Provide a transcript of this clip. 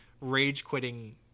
rage-quitting